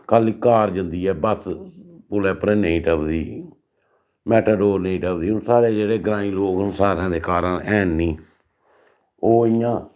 खाल्ली कार जंदी ऐ बस पुलै उप्परै नेईं टपदी मैटाडोर नेईं टपदी हून साढ़ै जेह्ड़े ग्राईं लोक न सारें दे कारां हैन निं ओह् इयां